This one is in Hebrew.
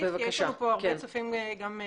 כי יש לנו הרבה צופים דוברי אנגלית.